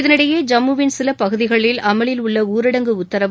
இதனிடையே ஜம்முவின் சில பகுதிகளில் அமலில் உள்ள ஊடரங்கு உத்தரவு